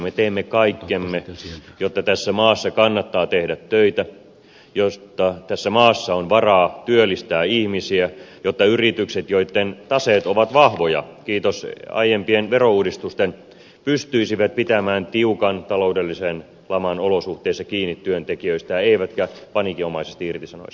me teemme kaikkemme jotta tässä maassa kannattaa tehdä töitä jotta tässä maassa on varaa työllistää ihmisiä jotta yritykset joitten taseet ovat vahvoja kiitos aiem pien verouudistusten pystyisivät pitämään tiukan taloudellisen laman olosuhteissa kiinni työntekijöistään eivätkä paniikinomaisesti irtisanoisi